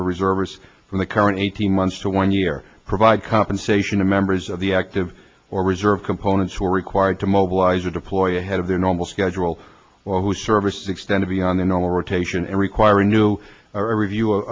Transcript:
for reservists from the current eighteen months to one year provide compensation to members of the active or reserve components who are required to mobilize or deploy a head of their normal schedule or whose service is extended beyond their normal rotation and require a new or a review